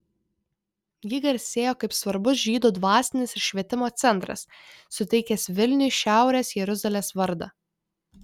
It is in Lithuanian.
ji garsėjo kaip svarbus žydų dvasinis ir švietimo centras suteikęs vilniui šiaurės jeruzalės vardą